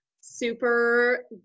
super